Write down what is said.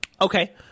Okay